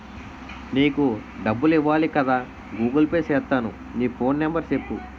నీకు డబ్బులు ఇవ్వాలి కదా గూగుల్ పే సేత్తాను నీ ఫోన్ నెంబర్ సెప్పు